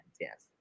Yes